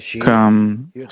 come